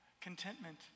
Contentment